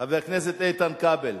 חבר הכנסת איתן כבל,